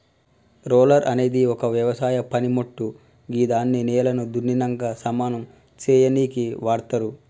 roller అనేది ఒక వ్యవసాయ పనిమోట్టు గిదాన్ని నేలను దున్నినంక సమానం సేయనీకి వాడ్తరు